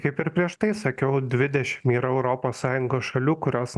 kaip ir prieš tai sakiau dvidešim yra europos sąjungos šalių kurios